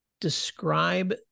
describe